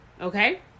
Okay